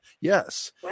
Yes